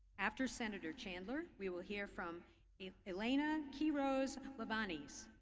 after senator chandler, we will hear from elena quiroz-livanis,